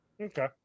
Okay